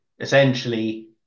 essentially